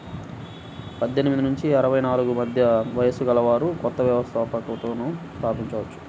పద్దెనిమిది నుంచి అరవై నాలుగు మధ్య వయస్సు గలవారు కొత్త వ్యవస్థాపకతను స్థాపించవచ్చు